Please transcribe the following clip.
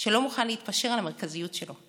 שלא מוכן להתפשר על המרכזיות שלו,